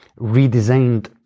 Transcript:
redesigned